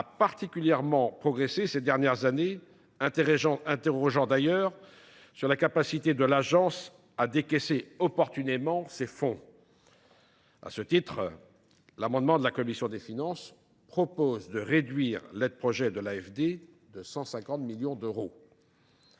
particulièrement progressé ces dernières années, ce qui suscite des interrogations sur la capacité de l’Agence à décaisser opportunément ces fonds. À ce titre, l’amendement de la commission des finances vise à réduire l’aide projet de l’AFD de 150 millions d’euros.